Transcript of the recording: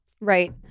Right